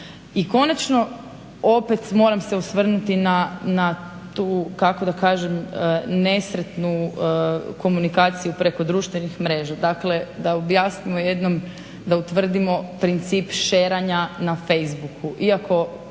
I konačno opet moram se osvrnuti na tu, kako da kažem nesretnu komunikaciju preko društvenih mreža. Dakle, da objasnimo jednom, da utvrdimo princip share-anja na Facebook-u